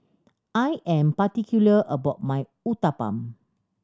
I am particular about my Uthapam